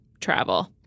travel